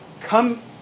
come